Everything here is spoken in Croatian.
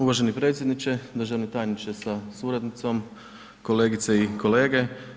Uvaženi predsjedniče, državni tajniče sa suradnicom, kolegice i kolege.